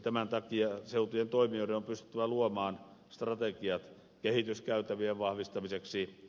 tämän takia seutujen toimijoiden on pystyttävä luomaan strategiat kehityskäytävien vahvistamiseksi